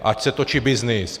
Ať se točí byznys.